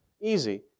easy